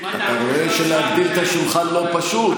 אתה רואה שלהגדיל את השולחן לא פשוט,